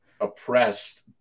oppressed